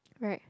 right